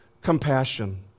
compassion